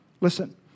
Listen